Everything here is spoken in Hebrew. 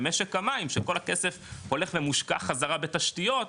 במשק המים שכל הכסף הולך ומושקע חזרה בתשתיות,